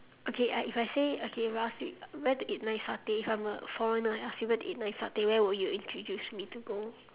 okay I if I say okay last week where to eat nice satay if I'm a foreigner I ask you where to eat nice satay where would you introduce me to go